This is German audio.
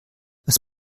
was